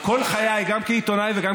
השוואות לרפובליקת ויימאר,